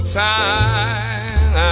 time